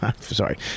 Sorry